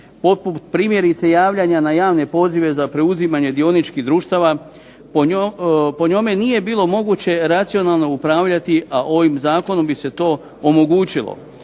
poput primjerice javljanja na javne pozive za preuzimanje dioničkih društava. Po njome nije bilo moguće racionalno upravljati, a ovim zakonom bi se to omogućilo